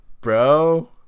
Bro